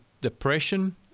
depression